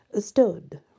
stood